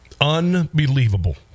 Unbelievable